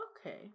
okay